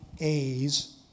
A's